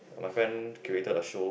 my friend curated a show